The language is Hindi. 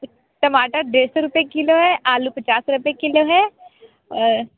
टमाटर डेढ़ सौ रुपये किलो है आलू पचास रुपये किलो है